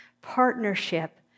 partnership